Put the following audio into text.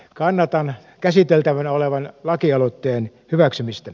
kannatan käsiteltävänä olevan lakialoitteen hyväksymistä